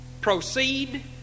proceed